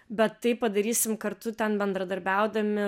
bet tai padarysim kartu ten bendradarbiaudami